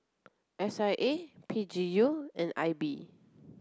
S I A P G U and I B